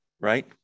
right